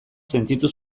sentitu